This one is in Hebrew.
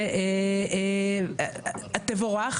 שתבורך,